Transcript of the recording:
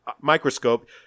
Microscope